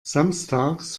samstags